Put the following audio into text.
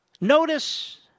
Notice